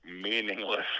meaningless